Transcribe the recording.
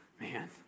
Man